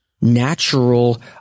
natural